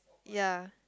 ya